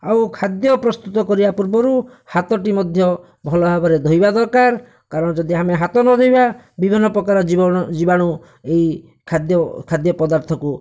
ଆଉ ଖାଦ୍ୟ ପ୍ରସ୍ତୁତ କରିବା ପୂର୍ବରୁ ହାତଟି ମଧ୍ୟ ଭଲ ଭାବରେ ଧୋଇବା ଦରକାର କାରଣ ଯଦି ଆମେ ହାତ ନଧୋଇବା ବିଭିନ୍ନ ପ୍ରକାର ଜୀବାଣୁ ଏଇ ଖାଦ୍ୟ ଖାଦ୍ୟ ପଦାର୍ଥକୁ